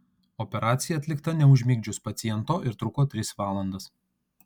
operacija atlikta neužmigdžius paciento ir truko tris valandas